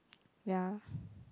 ya